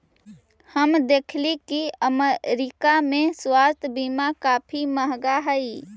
हम देखली की अमरीका में स्वास्थ्य बीमा काफी महंगा हई